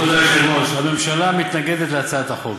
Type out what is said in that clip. כבוד היושב-ראש, הממשלה מתנגדת להצעת החוק.